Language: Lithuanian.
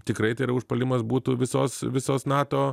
tikrai tai yra užpuolimas būtų visos visos nato